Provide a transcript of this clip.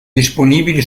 disponibile